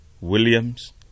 Williams